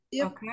Okay